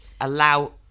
allow